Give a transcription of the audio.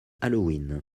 halloween